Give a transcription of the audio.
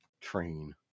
train